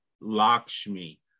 Lakshmi